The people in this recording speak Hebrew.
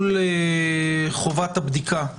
לביטול חובת הבדיקה בכניסה,